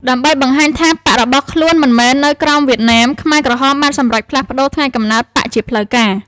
ដើម្បីបង្ហាញថាបក្សរបស់ខ្លួនមិនមែននៅក្រោមវៀតណាម ខ្មែរក្រហមបានសម្រេចផ្លាស់ប្តូរថ្ងៃកំណើតបក្សជាផ្លូវការ។